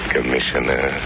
Commissioner